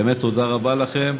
באמת תודה רבה לכם.